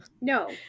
No